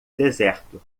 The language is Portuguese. deserto